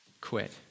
quit